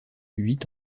huit